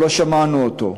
לא שמענו אותו.